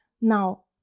Now